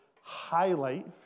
highlight